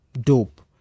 dope